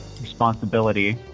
responsibility